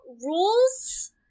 rules